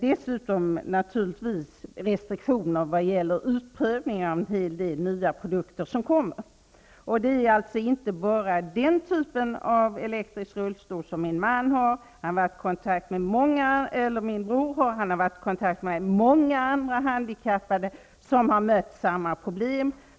Dessutom blir det restriktioner för utprovning av en hel del nya produkter som kommer. Det här gäller inte bara den typ av elektrisk rullstol som min bror har. Han har varit i kontakt med måmga andra handikappade som har mött samma problem.